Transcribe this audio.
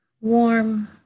warm